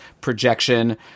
projection